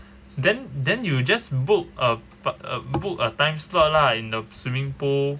then then you just book a but a book a time slot lah in the swimming pool